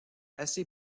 assez